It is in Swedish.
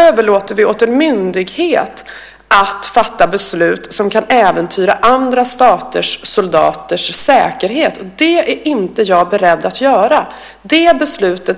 överlåter vi åt en myndighet att fatta beslut som kan äventyra andra staters soldaters säkerhet. Det är inte jag beredd att göra.